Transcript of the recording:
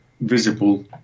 visible